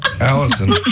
Allison